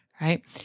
Right